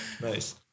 Nice